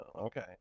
Okay